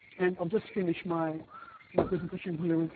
and i'll just finish my my presentation here with,